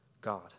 God